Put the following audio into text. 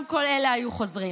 גם כל אלה היו חוזרים.